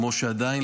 כמו שעדיין,